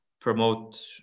promote